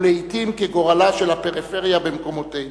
הוא לעתים כגורלה של הפריפריה במקומותינו: